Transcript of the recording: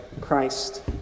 Christ